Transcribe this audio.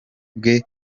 bwe